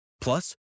Plus